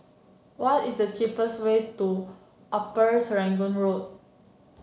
what is the cheapest way to Upper Serangoon Road